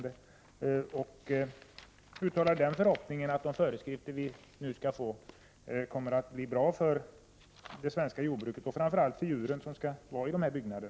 Jag vill också uttala förhoppningen att de föreskrifter som vi får blir bra för det svenska jordbruket och framför allt för djuren som skall vistas i dessa byggnader.